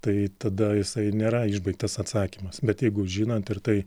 tai tada jisai nėra išbaigtas atsakymas bet jeigu žinant ir tai